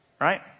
right